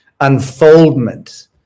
unfoldment